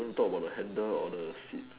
on top got the handle on the seat